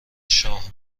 شاه